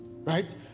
Right